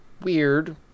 weird